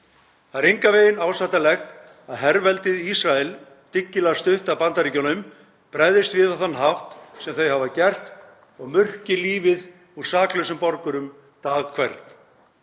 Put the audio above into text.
Það er engan veginn ásættanlegt að herveldið Ísrael, dyggilega stutt af Bandaríkjunum, bregðist við á þann hátt sem það hefur gert og murki lífið úr saklausum borgurum dag hvern.